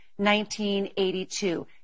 1982